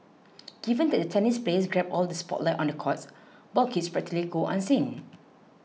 given that the tennis players grab all the spotlight on the courts ball kids practically go unseen